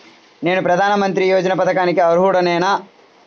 నేను ప్రధాని మంత్రి యోజన పథకానికి అర్హుడ నేన?